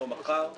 היום-מחר.